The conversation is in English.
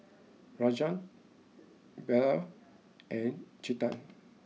Rajan Bellur and Chetan